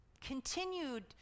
continued